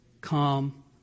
calm